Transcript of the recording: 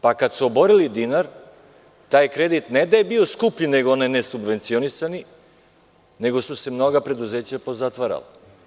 Pa kad su oborili dinar, taj kredit ne da je bio skuplji nego onaj nesubvencionisani, nego su se mnoga preduzeća pozatvarala.